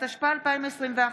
התשפ"א 2021,